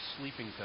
sleeping